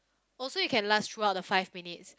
oh so you can last throughout the five minutes